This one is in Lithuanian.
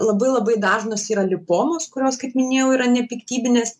labai labai dažnos yra lipomos kurios kaip minėjau yra nepiktybinės